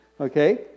Okay